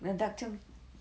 没有 duck 这样